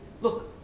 look